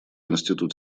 институт